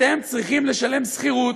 אתם צריכים לשלם שכירות.